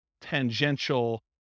tangential